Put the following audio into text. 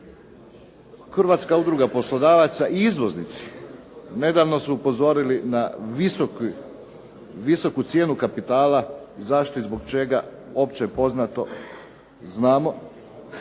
Hrvatska udruga poslodavaca i izvoznici nedavno su upozorili na visoku cijenu kapitala. Zašto i zbog čega opće je poznato, znamo.